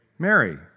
Mary